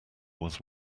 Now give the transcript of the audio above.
was